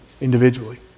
individually